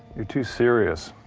you're too serious.